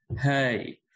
Hey